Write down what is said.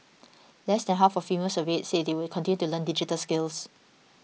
less than half of females surveyed said they would continue to learn digital skills